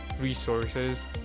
resources